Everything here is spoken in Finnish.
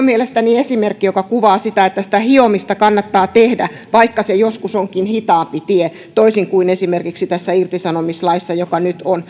mielestäni esimerkki joka kuvaa sitä että sitä hiomista kannattaa tehdä vaikka se joskus onkin hitaampi tie toisin kuin esimerkiksi tässä irtisanomislaissa joka nyt on